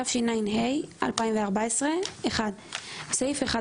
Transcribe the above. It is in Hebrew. התשע"ה-2014 - בסעיף 1,